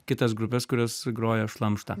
kitas grupes kurios groja šlamštą